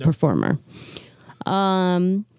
performer